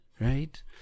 Right